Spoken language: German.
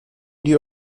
die